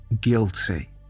guilty